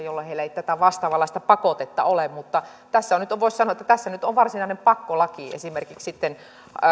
jolloin heille ei tätä vastaavanlaista pakotetta ole mutta tässä nyt voisi sanoa että tässä nyt on varsinainen pakkolaki esimerkiksi